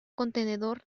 contenedor